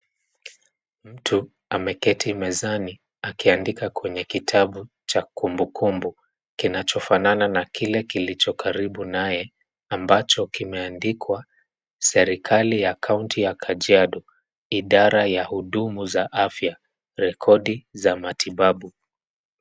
Mtu ameketi mezani akiandika kwenye kitabu cha kumbukumbu kinachofanana na kile kilicho karibu naye ambacho kimeandikwa serikali ya kaunti ya Kajiado, idara ya hudumu za afya, rekodi za matibabu.